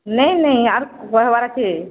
ନାଇ ନାଇ ଆର୍ କହେବାର୍ ଅଛେ